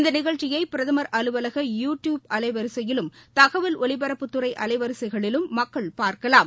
இந்த நிகழ்ச்சியை பிரதம் அலுவலக யூ டியூப் அலைவரிசையிலும் தகவல் ஒலிபரப்புத்துறை அலைவரிசைகளிலும் மக்கள் பார்க்கலாம்